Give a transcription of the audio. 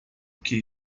que